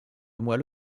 moelle